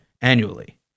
annually